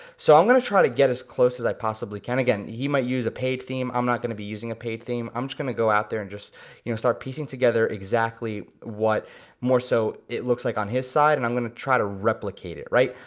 so i'm gonna try to get as close as i possibly can. again, he might use a paid theme, i'm not gonna be using a paid theme. i'm just gonna go out there, and just you know start piecing together exactly what more so it looks like on his side, and i'm gonna try to replicate it, right.